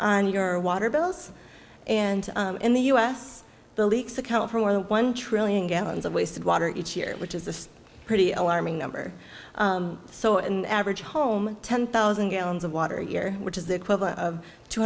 on your water bills and in the us the leaks account for more than one trillion gallons of wasted water each year which is a pretty alarming number so and average home ten thousand gallons of water year which is the equivalent of two